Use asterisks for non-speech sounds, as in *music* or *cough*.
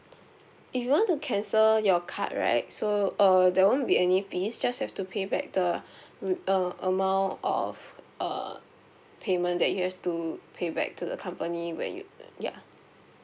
if you want to cancel your card right so uh there won't be any fees just have to pay back the *breath* mm uh amount of uh payment that you have to pay back to the company when you ya